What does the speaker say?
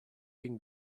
can